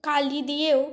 কালি দিয়েও